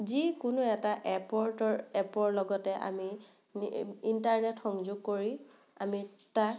যিকোনো এটা এপৰ এপৰ লগতে আমি ইণ্টাৰনেট সংযোগ কৰি আমি তাক